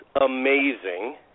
amazing